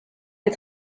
est